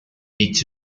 each